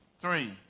three